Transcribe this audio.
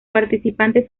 participantes